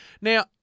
now